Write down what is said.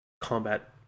combat